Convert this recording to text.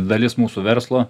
dalis mūsų verslo